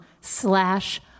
slash